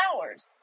hours